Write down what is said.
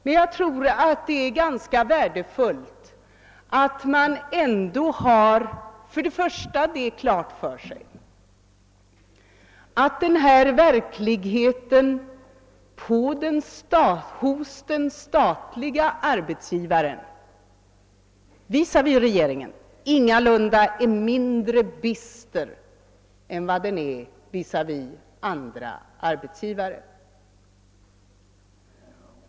Men man bör vara medveten om att verkligheten visavi den statliga arbetsgivaren, regeringen ingalunda är mindre bister än visavi andra arbetsgivare.